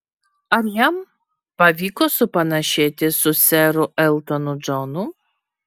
ar jam pavyko supanašėti su seru eltonu džonu